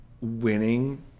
winning